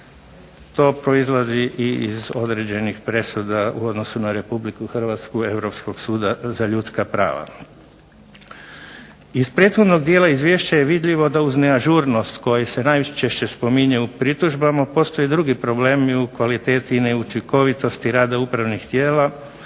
To proizlazi i iz određenih presuda u odnosu na Republiku Hrvatsku Europskog suda za ljudska prava. Iz prethodnog dijela izvješća je vidljivo da uz neažurnost koji se najčešće spominju u pritužbama postoje drugi problemi u kvaliteti i neučinkovitosti rada upravnih tijela